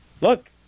look